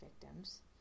victims